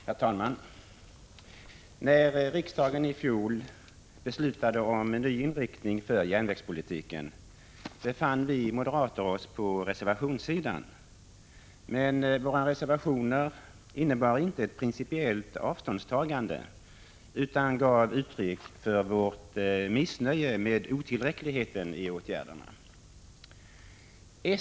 Herr talman! När riksdagen i fjol beslutade om ny inriktning för järnvägspolitiken befann vi moderater oss på reservationssidan, men våra reservationer innebar inte ett principiellt avståndstagande utan gav uttryck för vårt missnöje med otillräckligheten i åtgärderna.